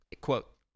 quote